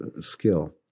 skill